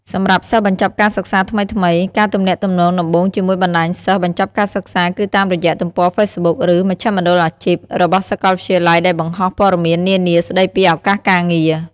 សម្រាប់សិស្សបញ្ចប់ការសិក្សាថ្មីៗ ការទាក់ទងដំបូងជាមួយបណ្តាញសិស្សបញ្ចប់ការសិក្សាគឺតាមរយៈទំព័រហ្វេសប៊ុក ឬ “មជ្ឈមណ្ឌលអាជីព” របស់សាកលវិទ្យាល័យដែលបង្ហោះព័ត៌មាននានាស្ដីពីឱកាសការងារ។